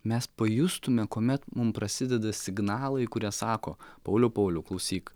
mes pajustume kuomet mums prasideda signalai kurie sako pauliau pauliau klausyk